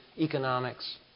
economics